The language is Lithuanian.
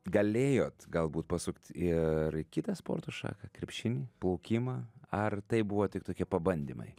galėjot galbūt pasukt ir į kitą sporto šaką krepšinį plaukimą ar tai buvo tik tokie pabandymai